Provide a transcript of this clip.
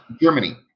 germany